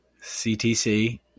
CTC